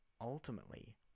ultimately